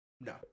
no